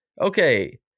Okay